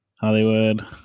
Hollywood